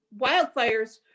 wildfires